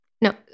No